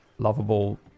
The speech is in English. lovable